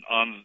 on